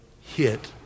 hit